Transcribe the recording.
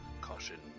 Caution